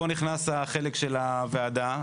פה נכנס החלק של הוועדה.